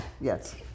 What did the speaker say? Yes